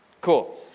cool